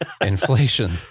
inflation